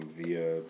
via